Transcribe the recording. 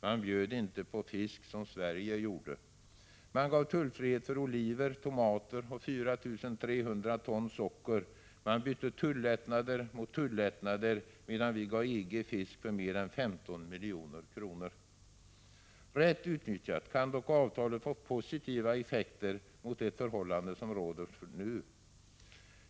Man bjöd inte på fisk som Sverige gjorde. Man gav tullfrihet för oliver, tomater och 4 300 ton socker. Man bytte tullättnader mot tullättnader, medan vi gav EG fisk för mer än 15 milj.kr. Rätt utnyttjat kan dock avtalet få positiva effekter jämfört med det förhållande som råder nu.